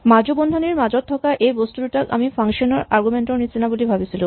মাজু বন্ধনীৰ মাজত থকা এই বস্তু দুটাক আমি ফাংচন ৰ আৰগুমেন্ট ৰ নিচিনা বুলি ভাৱিছিলো